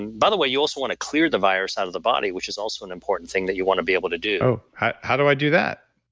and by the way, you also want to clear the buyer side of the body, which is also an important thing that you want to be able to do how do i do that?